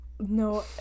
No